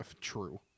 true